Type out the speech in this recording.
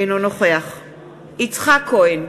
אינו נוכח יצחק כהן,